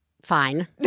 Fine